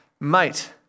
mate